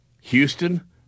Houston